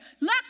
look